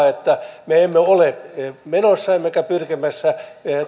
että me emme ole menossa emmekä pyrkimässä